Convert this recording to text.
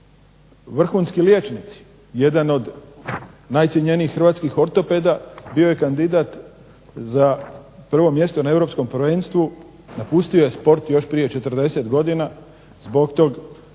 vrhunski liječnici, jedan od najcjenjenijih hrvatskih ortopeda bio je kandidat za 1. mjesto na europskom prvenstvu, napustio je sport još prije 40 godina zbog tog